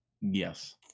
Yes